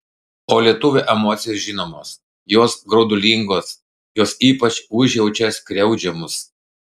o lietuvio emocijos žinomos jos graudulingos jos ypač užjaučia skriaudžiamus